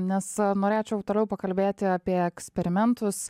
nes norėčiau toliau pakalbėti apie eksperimentus